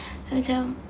macam